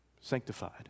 sanctified